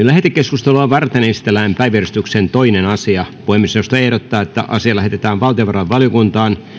lähetekeskustelua varten esitellään päiväjärjestyksen toinen asia puhemiesneuvosto ehdottaa että asia lähetetään valtiovarainvaliokuntaan